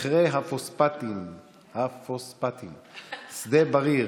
מכרה הפוספטים שדה בריר,